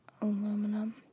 Aluminum